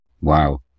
Wow